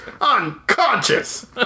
Unconscious